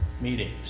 meetings